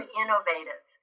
innovative